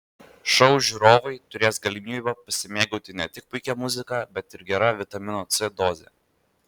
šou žiūrovai turės galimybę pasimėgauti ne tik puikia muzika bet ir gera vitamino c doze